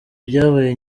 byabaye